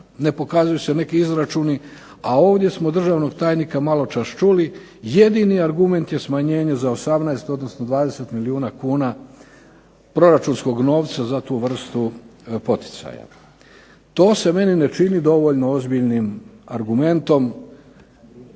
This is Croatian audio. ne pokazuju se neki izračuni, a ovdje smo državnog tajnika maločas čuli jedini argument je smanjenje za 18, odnosno 20 milijuna kuna proračunskog novca za tu vrstu poticaja. To se meni ne čini dovoljno ozbiljnim argumentom,